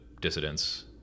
dissidents